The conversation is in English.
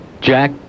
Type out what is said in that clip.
Jack